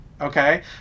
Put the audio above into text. Okay